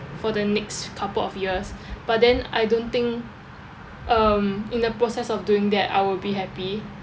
for the next couple of years but then I don't think um in the process of doing that I would be happy